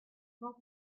cinq